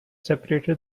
separated